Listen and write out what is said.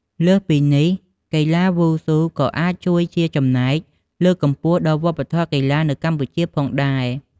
លើសពីនេះ កីឡាវ៉ូស៊ូក៏អាចជួយជាចំណែកលើកកម្ពស់ដល់វប្បធម៌កីឡានៅកម្ពុជាផងដែរ។